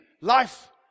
life